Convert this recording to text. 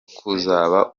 kuzaba